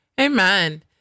Amen